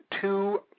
two